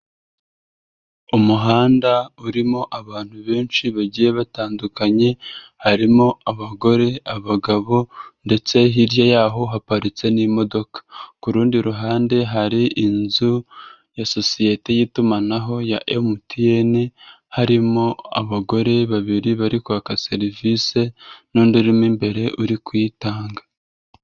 Umuhanda urimo abantu benshi bagiye batandukanye harimo abagore, abagabo ndetse hirya yaho haparitse n'imodoka, ku rundi ruhande hari inzu ya sosiyete y'itumanaho ya MTN harimo abagore babiri bari kwaka serivisi n'undi urimo imbere uri kuyitanga.